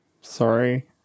Sorry